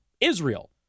Israel